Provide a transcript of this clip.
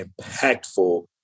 impactful